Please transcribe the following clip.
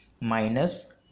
minus